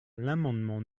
l’amendement